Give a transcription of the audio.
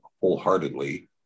wholeheartedly